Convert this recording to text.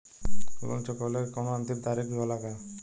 Loan चुकवले के कौनो अंतिम तारीख भी होला का?